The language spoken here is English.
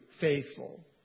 faithful